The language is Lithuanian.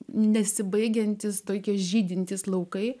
nesibaigiantys tokie žydintys laukai